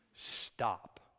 Stop